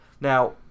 now